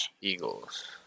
Eagles